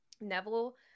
Neville